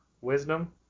wisdom